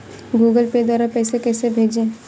Google Pay द्वारा पैसे कैसे भेजें?